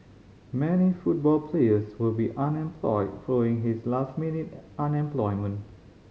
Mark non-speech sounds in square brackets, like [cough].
many football players will be unemployed following this last minute [unintelligible]